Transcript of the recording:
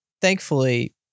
thankfully